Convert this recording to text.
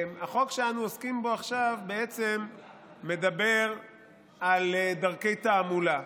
החוק שאנו עוסקים בו עכשיו בעצם מדבר על דרכי תעמולה.